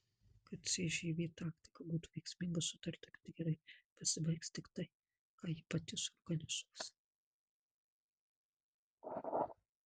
kad cžv taktika būtų veiksminga sutarta kad gerai pasibaigs tik tai ką ji pati suorganizuos